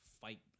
fight